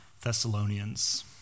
Thessalonians